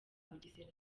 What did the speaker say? bugesera